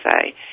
say